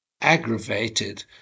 aggravated